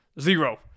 Zero